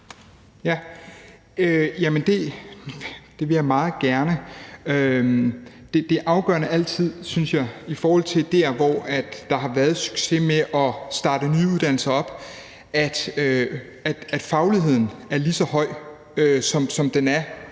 Det vil jeg meget gerne. Det afgørende er altid, synes jeg, i forhold til hvor der har været succes med at starte nye uddannelser op, at fagligheden bliver lige så høj i de